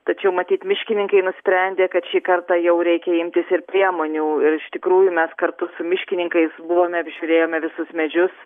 tačiau matyt miškininkai nusprendė kad šį kartą jau reikia imtis ir priemonių ir iš tikrųjų mes kartu su miškininkais buvome apžiūrėjome visus medžius